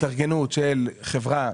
התארגנות של חברה,